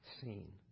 seen